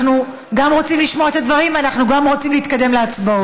אנחנו גם רוצים לשמוע את הדברים ואנחנו גם רוצים להתקדם להצבעות.